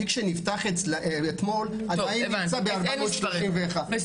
תיק שנפתח אתמול עדיין נמצא ב-431.